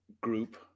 group